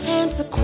answer